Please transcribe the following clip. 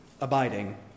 abiding